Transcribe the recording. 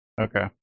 Okay